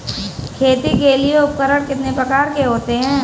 खेती के लिए उपकरण कितने प्रकार के होते हैं?